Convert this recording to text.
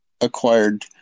acquired